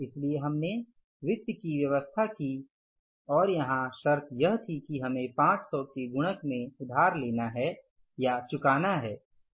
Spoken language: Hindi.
इसलिए हमने वित्त की व्यवस्था की और वहाँ शर्त यह थी कि हमें 500 के गुणकों में उधार लेना या चुकाना है